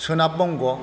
सोनाब बंग'